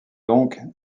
donc